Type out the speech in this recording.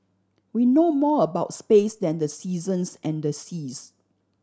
we know more about space than the seasons and the seas